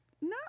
no